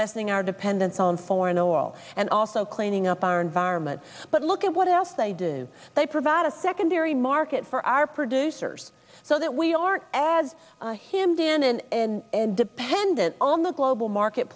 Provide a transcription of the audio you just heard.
lessening our dependence on foreign oil and also cleaning up our environment but look at what else they do they provide a secondary market for our producers so that we aren't as him dan and dependent on the global